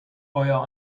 euer